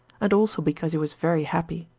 and also because he was very happy.